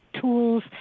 tools